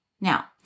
Now